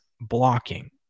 blocking